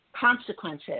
consequences